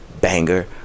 banger